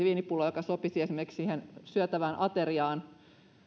viinipullo joka sopisi esimerkiksi siihen syötävään ateriaan